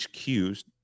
HQ's